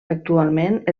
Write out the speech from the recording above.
actualment